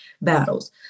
battles